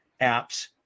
apps